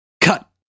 cut